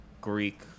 greek